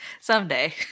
Someday